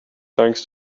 thanks